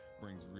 brings